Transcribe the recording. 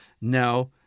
No